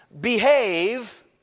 behave